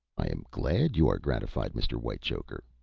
i am glad you are gratified, mr. whitechoker,